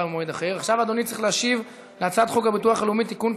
עכשיו אדוני צריך להשיב על הצעת חוק הביטוח הלאומי (תיקון,